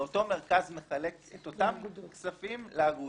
ואותו מרכז מחלק את אותם כספים לאגודות.